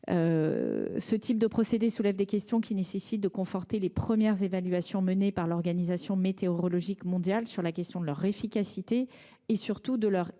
Ce type de procédé soulève des questions qui nécessitent de conforter les premières évaluations effectuées par l’Organisation météorologique mondiale sur son efficacité et surtout sur son innocuité